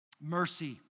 Mercy